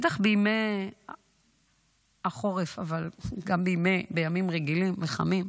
בטח בימי החורף, אבל גם בימים רגילים וחמים,